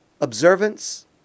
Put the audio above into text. observance